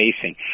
facing